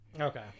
Okay